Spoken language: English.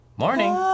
Morning